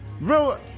Real